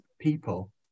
people